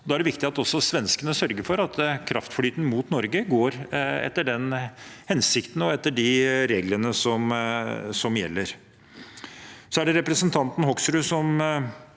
Da er det også viktig at svenskene sørger for at kraftflyten mot Norge går etter den hensikten og etter de reglene som gjelder. Så minner representanten Hoksrud meg